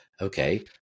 okay